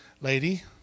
lady